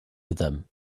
them